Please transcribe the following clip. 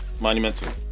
Monumental